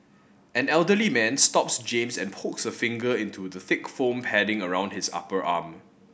an elderly man stops James and pokes a finger into the thick foam padding around his upper arm